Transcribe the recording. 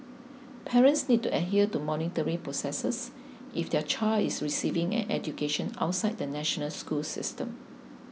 parents need to adhere to monitoring processes if their child is receiving an education outside the national school system